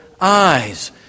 eyes